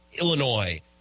Illinois